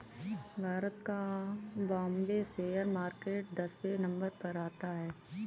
भारत का Bombay share market दसवें number पर आता है